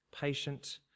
Patient